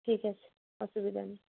ঠিক আছে অসুবিধা নেই